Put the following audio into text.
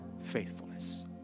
faithfulness